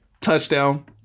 touchdown